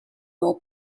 more